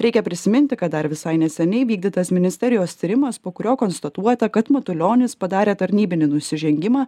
reikia prisiminti kad dar visai neseniai vykdytas ministerijos tyrimas po kurio konstatuota kad matulionis padarė tarnybinį nusižengimą